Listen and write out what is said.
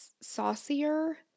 Saucier